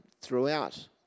throughout